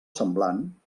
semblant